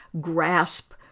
grasp